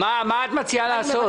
מה את מציעה לעשות?